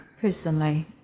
personally